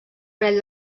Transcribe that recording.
parell